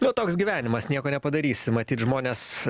nu toks gyvenimas nieko nepadarysi matyt žmonės